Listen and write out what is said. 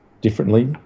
differently